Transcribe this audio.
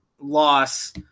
loss